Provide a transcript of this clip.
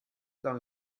dans